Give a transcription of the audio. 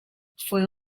fue